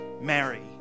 Mary